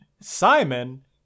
Simon